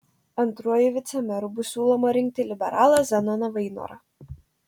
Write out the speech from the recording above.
antruoju vicemeru bus siūloma rinkti liberalą zenoną vainorą